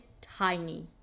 tiny